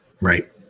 Right